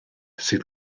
sydd